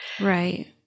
right